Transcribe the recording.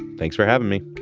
thanks for having me.